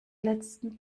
letzten